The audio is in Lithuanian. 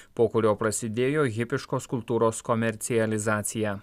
po kurio prasidėjo hipiškos kultūros komercializacija